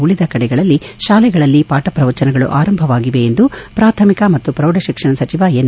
ಉಳಿದ ಕಡೆಗಳಲ್ಲಿ ಶಾಲೆಗಳಲ್ಲಿ ಪಾಠ ಪ್ರವಚನಗಳು ಆರಂಭವಾಗಿವೆ ಎಂದು ಪ್ರಾಥಮಿಕ ಮತ್ತು ಪ್ರೌಢ ಶಿಕ್ಷಣ ಸಚಿವ ಎನ್